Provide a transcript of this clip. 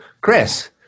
Chris